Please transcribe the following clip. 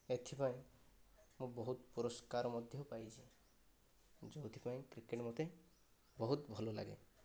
ଏଥିପାଇଁ ମୁଁ ବହୁତ ପୁରଷ୍କାର ମଧ୍ୟ ପାଇଛି ଯେଉଁଥିପାଇଁ ପାଇଁ କ୍ରିକେଟ ମୋତେ ବହୁତ ଭଲ ଲାଗେ